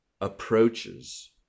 approaches